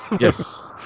Yes